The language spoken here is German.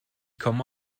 komme